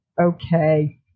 Okay